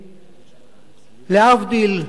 להבדיל,